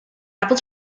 apples